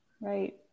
Right